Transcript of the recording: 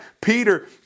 Peter